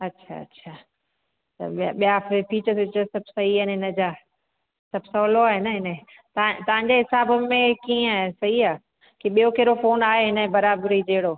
अच्छा अच्छा त ॿिय ॿिया फ़िर फ़ीचर्स वीचर्स सभु सही आहिनि हिन जा सभु सवलो आहे न इने त तव्हांजे हिसाब में कीअं आहे सही आहे की ॿियो कहिरो फ़ोन आहे हिन बराबरी जहिड़ो